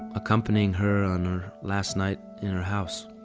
accompanying her on her last night in her house